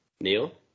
Neil